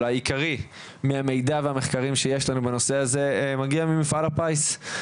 אולי עיקרי מהמידע והמחקרים שיש לנו בנושא הזה מגיע ממפעל הפיס.